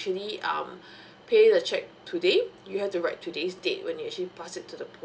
actually um pay the cheque today you have to write today's date when you actually pass it to the post